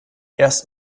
erst